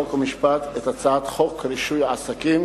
חוק ומשפט את הצעת חוק רישוי עסקים